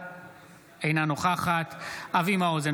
אינה נוכחת אבי מעוז,